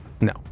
No